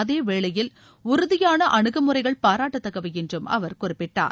அதே வேளையில் உறுதியான அனுகுமுறைகள் பாராட்டத்தக்கவை என்றும் அவர் குறிப்பிட்டார்